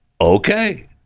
Okay